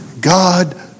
God